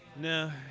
No